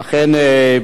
סעיפים 1 2 נתקבלו.